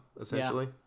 essentially